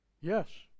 Yes